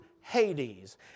Hades